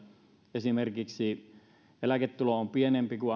esimerkiksi eläketulovähennys on pienempi kuin